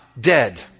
dead